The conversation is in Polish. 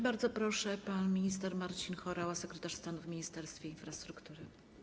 Bardzo proszę, pan minister Marcin Horała, sekretarz stanu w Ministerstwie Infrastruktury.